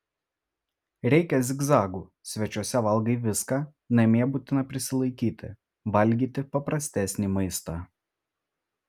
reikia zigzagų svečiuose valgai viską namie būtina prisilaikyti valgyti paprastesnį maistą